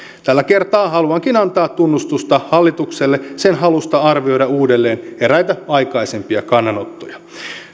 tällä kertaa haluankin antaa tunnustusta hallitukselle sen halusta arvioida uudelleen eräitä aikaisempia kannanottoja